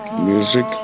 Music